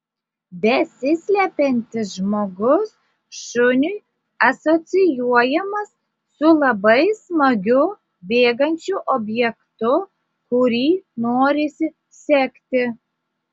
besislepiantis žmogus šuniui asocijuojamas su labai smagiu bėgančiu objektu kurį norisi sekti